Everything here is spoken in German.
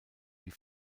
die